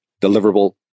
deliverable